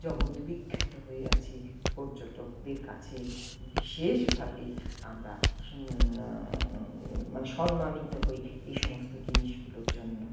জগৎ বিখ্যাত হয়ে আছে পর্যটকদের কাছে বিশেষভাবে আমরা সম্মানিত হই এই সমস্ত জিনিসগুলোর জন্য